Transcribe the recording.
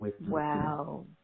Wow